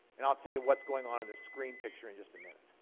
and i'll tell you what's going on in this screen picture in just a minute.